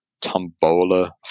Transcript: Tombola